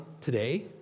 today